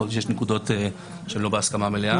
יכול להיות שיש נקודות שהן לא בהסכמה מלאה.